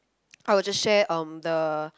I will just share um the